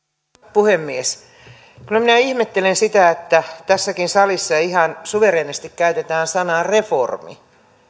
puhemies kyllä minä ihmettelen sitä että tässäkin salissa ihan suvereenisti käytetään sanaa reformi